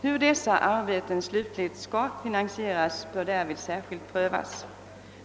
Hur dessa arbeten slutligt skall finansieras bör därvid särskilt prövas.